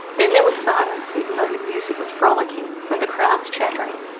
then there was silence even though the music was frolicking and the crowds chattering.